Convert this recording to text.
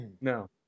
No